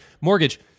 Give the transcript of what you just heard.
Mortgage